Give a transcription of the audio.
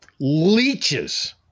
leeches